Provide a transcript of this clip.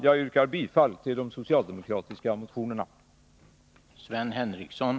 Jag yrkar bifall till de socialdemokratiska reservationerna.